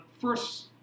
first